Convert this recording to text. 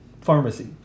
pharmacy